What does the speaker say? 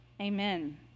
Amen